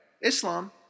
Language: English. Islam